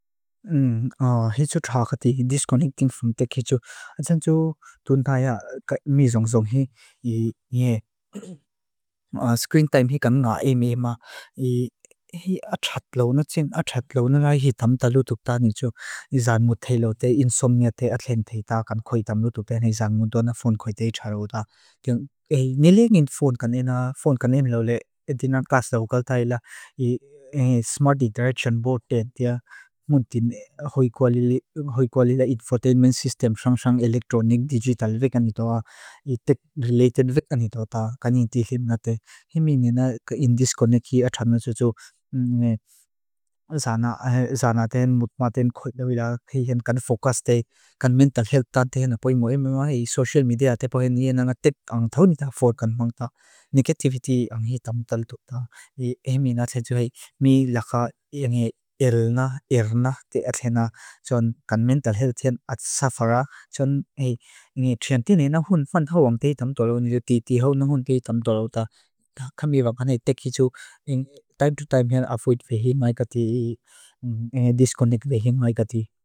Hitu traa xati hii disconnecting from tek hii tsu. Atsan tsu tunthaya mi zong zong hii nge screen time hii kan nga AMA. Hii achatlo na tsin achatlo nara hii tamta lutuk ta ni tsu. Izaan muthe lo te insomnia te atlente ta kan koi tam lutuk. Pen hii zaan mundua na phone koi tei tsa roda. Nile ngin phone kan ena, phone kan ena lo le. E di nang kas ta hukal tayi la smart direction board te tia mund tin hoi kua lila infotainment system syang syang electronic digital ve kan hito a. I tek related ve kan hito ta kan hinti him na te. Himi nina in disconnecting achatlo nara tsu tsu. Zaana, zaana tehen mutma tehen koila wila hii hen kan focus te, kan mental health ta tehen. Poimu AMA hii social media te pohe nia nga tek ang taunita for kan mang ta. Negativity ang hii tamta lutuk ta. AMA na tsa tsu hii, mi laka ngi elna, erna te atlena. Zaan kan mental health ta atsafara. Zaan ngi triantine na hon fanta hoang tei tamta lutuk. Nilo titi hoang na hon tei tamta lutuk ta. Kami wakana hii tek hitu, time to time hii afuit ve hii maikati, disconnect ve hii maikati.